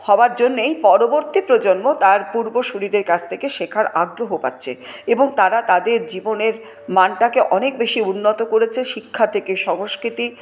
হওয়ার জন্যেই পরবর্তী প্রজন্ম তার পূর্বসূরিদের কাছ থেকে শেখার আগ্রহ পাচ্ছে এবং তারা তাদের জীবনের মানটাকে অনেক বেশি উন্নত করেছে শিক্ষা থেকে সংস্কৃতি